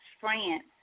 France